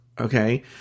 okay